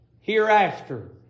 hereafter